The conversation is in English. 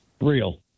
real